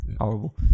horrible